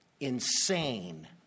Insane